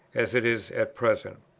as it is at present.